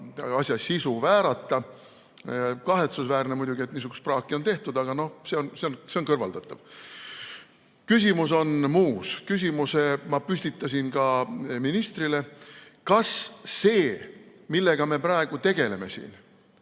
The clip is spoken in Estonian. asja sisu väärata. Kahetsusväärne muidugi, et niisugust praaki on tehtud, aga noh, see on kõrvaldatav. Küsimus on muus. Küsimuse ma püstitasin ka ministrile. Kas see, millega me praegu siin tegeleme, nii